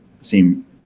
seem